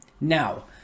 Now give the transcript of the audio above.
Now